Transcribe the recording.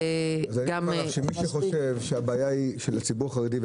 אני יכול לומר לך שמי שחושב שהבעיה היא של הציבור החרדי,